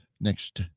next